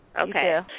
Okay